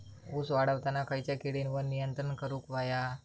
ऊस वाढताना खयच्या किडींवर नियंत्रण करुक व्हया?